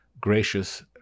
gracious